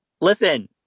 listen